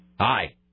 Hi